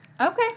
Okay